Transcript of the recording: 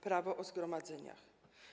Prawo o zgromadzeniach.